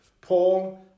Paul